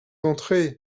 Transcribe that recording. entrer